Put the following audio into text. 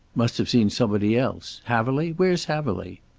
must have seen somebody else. haverly? where's haverly?